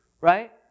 right